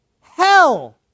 Hell